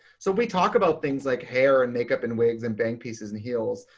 so we talk about things like hair and makeup and wigs and bang pieces and heels,